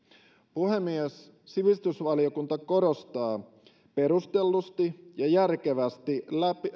puhemies sivistysvaliokunta korostaa perustellusti ja järkevästi